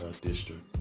district